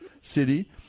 city